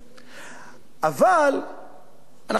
אבל אנחנו לא מופתעים רק בדברים האלה.